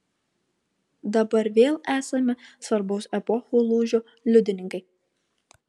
dabar vėl esame svarbaus epochų lūžio liudininkai